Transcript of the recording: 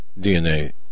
DNA